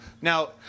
Now